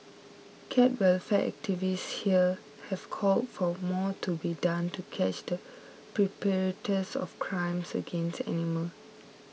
cat welfare activists here have called for more to be done to catch the perpetrators of crimes against animal